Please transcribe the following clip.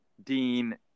Dean